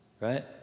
Right